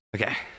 Okay